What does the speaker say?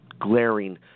glaring